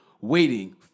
waiting